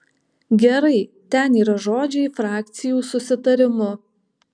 gerai ten yra žodžiai frakcijų susitarimu